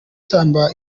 nzaramba